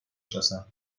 شناسم